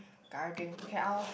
guiding can hours